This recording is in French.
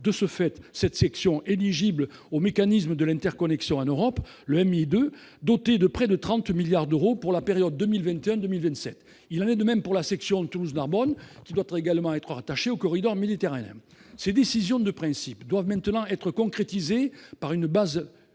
Cela rend cette section éligible au mécanisme pour l'interconnexion en Europe, le MIE 2, qui est doté de près de 30 milliards d'euros pour la période 2021-2027. Il en est de même pour la section Toulouse-Narbonne, qui doit être rattachée au corridor méditerranéen. Ces décisions de principe doivent maintenant être concrétisées par une base légale,